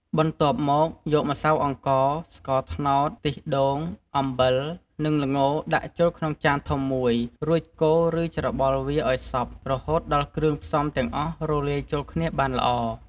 បន្ទាប់មក យកម្សៅអង្ករ ស្ករត្នោត ខ្ទិះដូង អំបិល និងល្ងដាក់ចូលក្នុងចានធំមួយ រួចកូរ ឬច្របល់វាឱ្យសព្វ រហូតដល់គ្រឿងផ្សំទាំងអស់រលាយចូលគ្នាបានល្អ។